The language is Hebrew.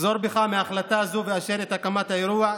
תחזור בך מהחלטה זו ואשר את הקמת האירוע,